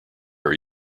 are